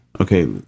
Okay